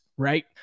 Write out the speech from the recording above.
right